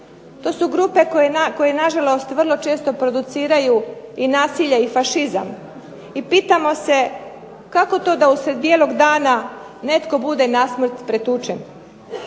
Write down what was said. To su grupe koje nažalost vrlo često produciraju i nasilje i fašizam. I pitamo se kako to da usred bijelog dana netko bude nasmrt pretučen.